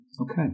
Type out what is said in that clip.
Okay